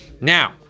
Now